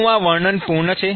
શું આ વર્ણન પૂર્ણ છે